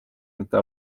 mitte